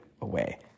away